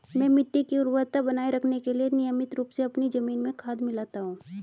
मैं मिट्टी की उर्वरता बनाए रखने के लिए नियमित रूप से अपनी जमीन में खाद मिलाता हूं